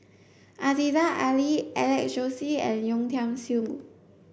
Aziza Ali Alex Josey and Yeo Tiam Siew